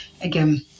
Again